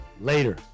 Later